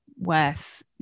worth